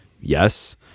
Yes